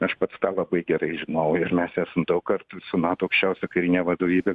aš pats tą labai gerai žinau ir mes esam daug kartų ir su nato aukščiausia karine vadovybe